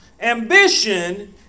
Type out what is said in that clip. Ambition